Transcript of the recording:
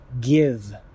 give